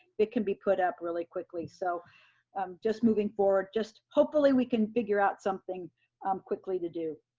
it can be put up really quickly. so just moving forward, just hopefully we can figure out something um quickly to do.